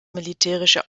militärische